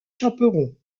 chaperon